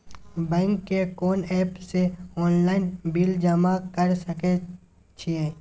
Bank के कोन app से ऑनलाइन बिल जमा कर सके छिए?